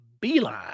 Beeline